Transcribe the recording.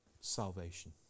Salvation